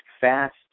fast